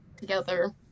together